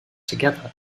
together